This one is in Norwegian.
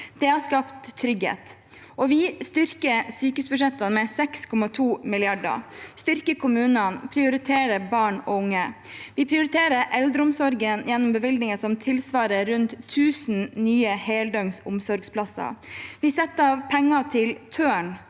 Det har skapt trygghet. Vi styrker sykehusbudsjettene med 6,2 mrd. kr, styrker kommunene og prioriterer barn og unge. Vi prioriterer eldreomsorgen gjennom bevilgninger som tilsvarer rundt 1 000 nye heldøgns omsorgsplasser. Vi setter av penger til Tørn,